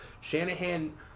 Shanahan